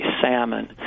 salmon